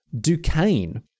Duquesne